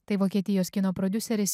tai vokietijos kino prodiuseris